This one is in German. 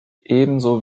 ebenso